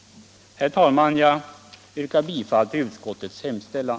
Herr talman! Jag yrkar bifall till utskottets hemställan.